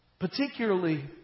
Particularly